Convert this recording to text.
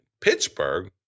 Pittsburgh